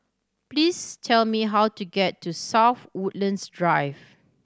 please tell me how to get to South Woodlands Drive